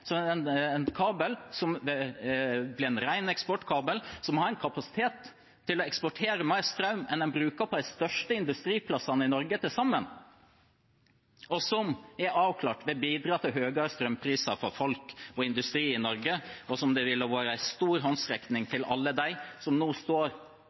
en kabel som blir en ren eksportkabel, som har en kapasitet til å eksportere mer strøm enn man bruker på de største industriplassene i Norge til sammen, og som er avklart vil bidra til høyere strømpriser for folk og industri i Norge. Det ville være en stor håndsrekning til alle dem i industrien som nå står